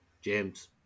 James